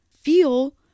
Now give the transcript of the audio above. feel